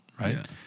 right